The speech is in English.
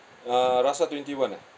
uh rasa twenty one ah